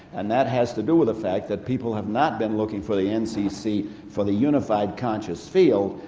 and that has to do with the fact that people have not been looking for the ncc for the unified conscious feel,